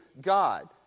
God